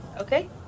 Okay